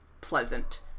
pleasant